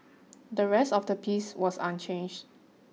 the rest of the piece was unchanged